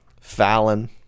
Fallon